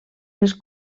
les